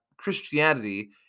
Christianity